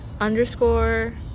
Underscore